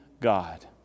God